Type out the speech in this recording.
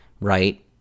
right